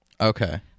Okay